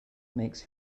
makes